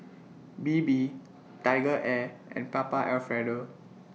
Bebe TigerAir and Papa Alfredo